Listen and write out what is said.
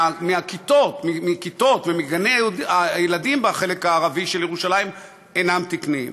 מהכיתות ומגני הילדים בחלק הערבי של ירושלים אינם תקניים,